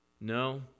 No